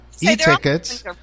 E-tickets